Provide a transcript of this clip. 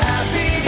Happy-